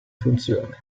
funzione